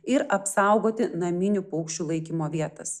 ir apsaugoti naminių paukščių laikymo vietas